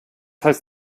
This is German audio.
heißt